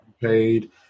paid